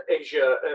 Asia